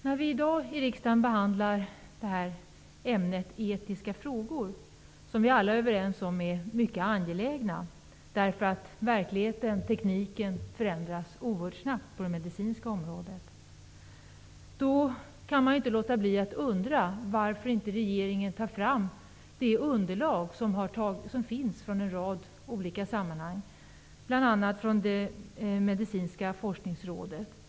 Herr talman! När riksdagen i dag behandlar ämnet etiska frågor, som vi alla är överens om är mycket angeläget -- därför att verkligheten, tekniken, förändras oerhört snabbt på det medicinska området -- kan jag inte låta bli att undra varför regeringen inte har tagit fram det underlag som finns på olika håll, bl.a. i Medicinska forskningsrådet.